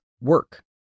work